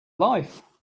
life